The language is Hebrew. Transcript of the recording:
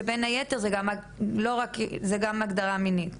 שבין היתר זה גם הגדרה מינית,